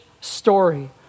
story